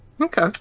Okay